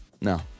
no